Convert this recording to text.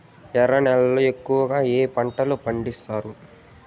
ఎర్ర నేలల్లో ఎక్కువగా ఏ పంటలు పండిస్తారు